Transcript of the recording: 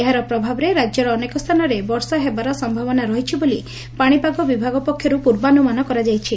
ଏହାର ପ୍ରଭାବରେ ରାକ୍ୟର ଅନେକ ସ୍କାନରେ ବର୍ଷା ହେବାର ସୟାବନା ରହିଛି ବୋଲି ପାଶିପାଗ ବିଭାଗ ପକ୍ଷରୁ ପୂର୍ବାନୁମାନ କରାଯାଇଛି